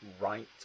right